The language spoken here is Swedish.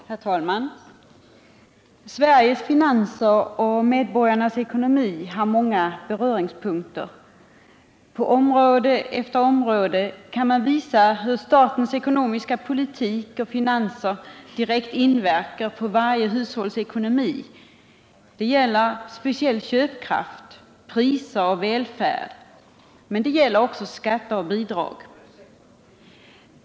Herr talman! Sveriges finanser och medborgarnas ekonomi har många beröringspunkter. På område efter område kan man visa hur statens ekonomiska politik och finanser direkt inverkar på varje hushålls ekonomi. Det gäller speciellt köpkraft, priser och välfärd, men det gäller också skatter och bidrag.